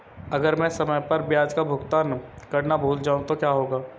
अगर मैं समय पर ब्याज का भुगतान करना भूल जाऊं तो क्या होगा?